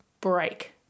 break